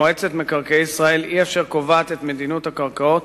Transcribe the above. מועצת מקרקעי ישראל היא אשר קובעת את מדיניות הקרקעות